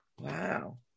Wow